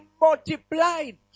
multiplied